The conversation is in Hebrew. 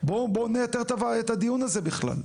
בואו נייתר את הדיון הזה בכלל.